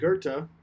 Goethe